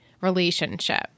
relationship